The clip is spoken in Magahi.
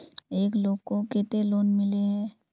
एक लोग को केते लोन मिले है?